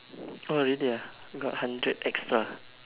oh really ah you got hundred extra